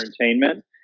entertainment